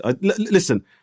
listen